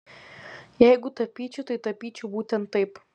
jeigu tapyčiau tai tapyčiau būtent taip